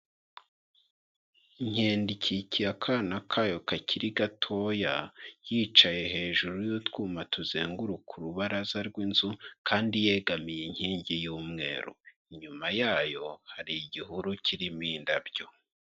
Inkende ikikiye akana kayo kakiri gatoya, yicaye hejuru y'utwuma tuzenguruka urubaraza rw'inzu, kandi yegamiye inkingi y'umweru. Inyuma yayo hari igihuru kirimo indabyo.